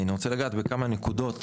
אני רוצה לגעת בכמה נקודות.